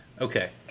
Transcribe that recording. okay